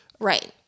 Right